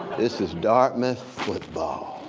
this is dartmouth football,